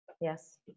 yes